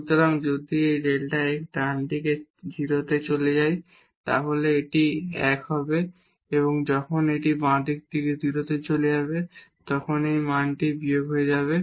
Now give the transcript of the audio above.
সুতরাং যদি এই ডেল্টা x টি ডান দিক থেকে 0 তে যায় তাহলে এটি 1 হবে এবং যখন এটি বাম দিক থেকে 0 এ যাবে তখন এই মানটি বিয়োগ 1 হয়ে যাবে